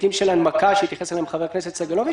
היבטים של הנמקה שהתייחס אליהם חבר הכנסת סגלוביץ'